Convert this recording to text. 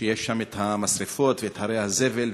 שם יש משרפות והרי זבל,